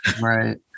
Right